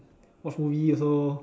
watch movie also